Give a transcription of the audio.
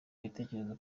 igitekerezo